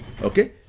Okay